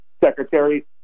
Secretary